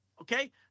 Okay